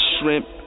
shrimp